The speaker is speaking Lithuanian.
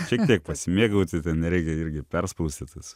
šiek tiek pasimėgauti ten nereikia irgi perspausti tas